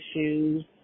issues